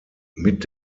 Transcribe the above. mit